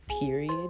period